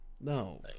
No